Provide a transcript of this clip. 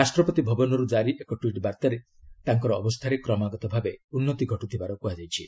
ରାଷ୍ଟ୍ରପତି ଭବନରୁ ଜାରି ଏକ ଟ୍ସିଟ୍ ବାର୍ତ୍ତାରେ ତାଙ୍କର ଅବସ୍ଥାରେ କ୍ରମାଗତ ଭାବେ ଉନ୍ନତି ଘଟୁଥିବାର କୁହାଯାଇଛି